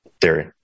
theory